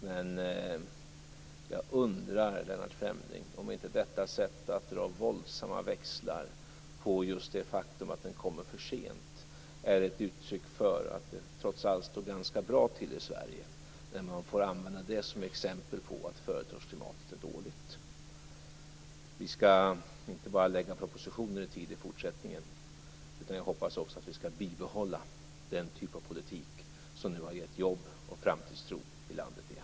Men jag undrar, Lennart Fremling, om inte detta sätt att dra våldsamma växlar på just det faktum att propositioner kommer för sent är ett uttryck för att det trots allt står ganska bra till i Sverige, när man får använda det som exempel på att företagsklimatet är dåligt. Vi skall inte bara lägga fram propositioner i tid i fortsättningen. Jag hoppas också att vi skall bibehålla den typ av politik som nu har gett jobb och framtidstro i landet igen.